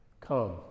Come